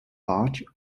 lodge